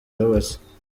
yubatse